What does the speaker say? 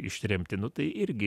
ištremti nu tai irgi